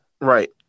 right